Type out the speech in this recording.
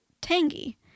tangy